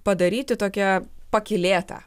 padaryti tokia pakylėta